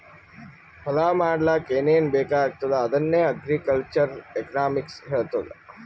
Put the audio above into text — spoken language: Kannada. ಹೊಲಾ ಮಾಡ್ಲಾಕ್ ಏನೇನ್ ಬೇಕಾಗ್ತದ ಅದನ್ನ ಅಗ್ರಿಕಲ್ಚರಲ್ ಎಕನಾಮಿಕ್ಸ್ ಹೆಳ್ತುದ್